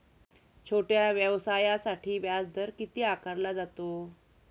छोट्या व्यवसायासाठी व्याजदर किती आकारला जातो?